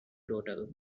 total